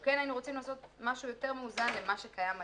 כן היינו רוצים לעשות משהו יותר מאוזן למה שקיים היום.